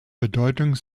bedeutung